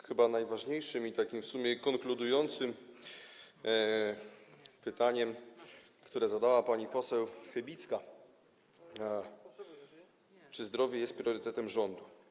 Chyba najważniejszym i takim w sumie konkludującym pytaniem było pytanie, które zadała pani poseł Chybicka, o to, czy zdrowie jest priorytetem rządu.